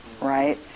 right